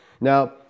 Now